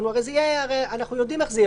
אנחנו יודעים איך זה יהיה.